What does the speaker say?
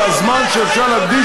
זו לא הוועדה הנכונה.